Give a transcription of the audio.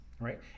right